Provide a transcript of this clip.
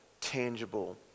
tangible